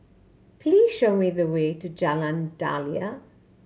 please show me the way to Jalan Daliah